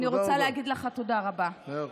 תודה רבה.